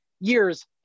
years